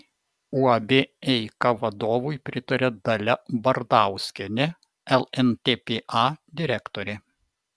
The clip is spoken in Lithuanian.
uab eika vadovui pritaria dalia bardauskienė lntpa direktorė